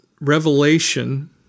Revelation